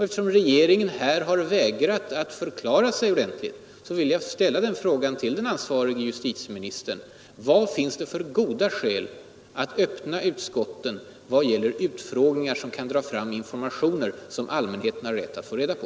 Eftersom regeringen här har vägrat att förklara sig vill jag ställa frågan till den ansvarige justitieministern: Vad finns det för goda skäl att inte öppna utskotten vid utfrågningar som kan dra fram informationer, som allmänheten har rätt att få reda på?